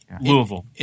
Louisville